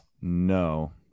No